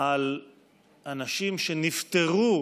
על אנשים שנפטרו